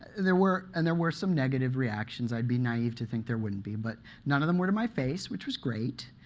there were and there were some negative reactions. i'd be naive to think there wouldn't be. but none of them were to my face, which was great.